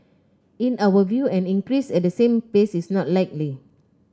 in our view an increase at the same pace is not likely